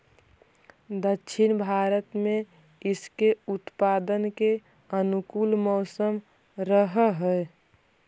दक्षिण भारत में इसके उत्पादन के अनुकूल मौसम रहअ हई